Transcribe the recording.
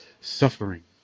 suffering